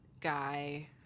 guy